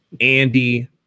Andy